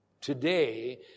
Today